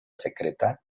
secreta